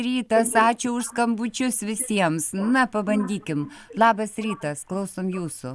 rytas ačiū už skambučius visiems na pabandykim labas rytas klausom jūsų